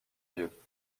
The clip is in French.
lieux